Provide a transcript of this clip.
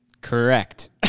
Correct